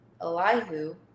Elihu